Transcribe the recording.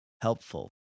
helpful